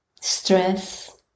stress